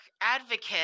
advocate